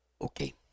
Okay